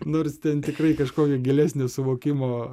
nors ten tikrai kažkokio gilesnio suvokimo